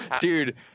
Dude